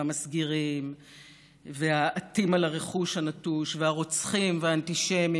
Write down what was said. והמסגירים והעטים על הרכוש הנטוש והרוצחים והאנטישמים,